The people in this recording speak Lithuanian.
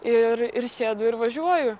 ir ir sėdu ir važiuoju